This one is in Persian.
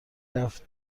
رفت